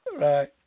Right